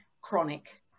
chronic